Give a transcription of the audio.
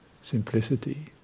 simplicity